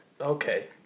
Okay